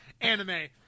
anime